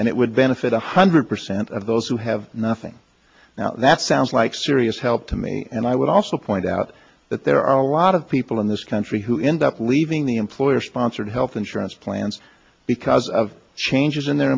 and it would benefit one hundred percent of those who have nothing now that sounds like serious help to me and i would also point out that there are a lot of people in this country who end up leaving the employer sponsored health insurance plans because of changes in their